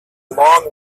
long